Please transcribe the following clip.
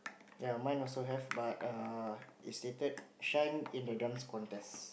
ya mine also have but err it's stated shine in the Dance Contest